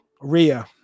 ria